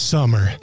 Summer